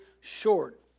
short